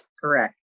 Correct